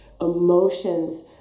emotions